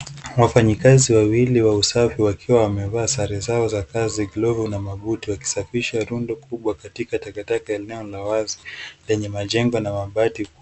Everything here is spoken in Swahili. Wafanyikazi wawili wa usafi wakiwa wamevaa sare zao za kazi, glovo na mabuti wakisafisha rundo kubwa katika takataka eneo la wazi, yenye majengo na mabati